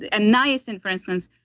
and nice in for instance,